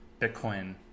Bitcoin